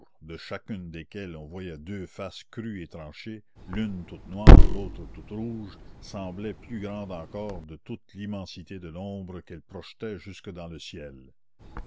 de chacune desquelles on voyait deux faces crues et tranchées l'une toute noire l'autre toute rouge semblaient plus grandes encore de toute l'immensité de l'ombre qu'elles projetaient jusque dans le ciel